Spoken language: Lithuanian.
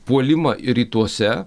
puolimą rytuose